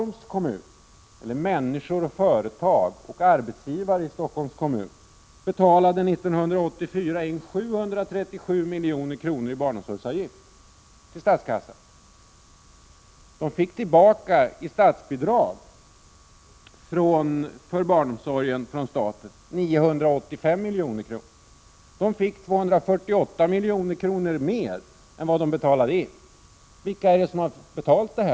Människor, företag och arbetsgivare i Stockholms kommun betalade 1984 in till statskassan 737 milj.kr. i barnomsorgsavgifter. I statsbidrag fick barnomsorgen tillbaka från staten 985 milj.kr. Barnomsorgen fick 248 milj.kr. mer än vad de betalade in. Vilka är det som finansierar detta?